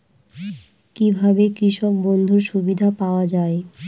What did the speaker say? কি ভাবে কৃষক বন্ধুর সুবিধা পাওয়া য়ায়?